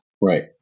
Right